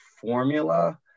formula